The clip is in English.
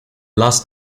last